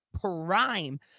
prime